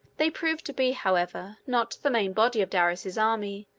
they proved to be, however, not the main body of darius's army,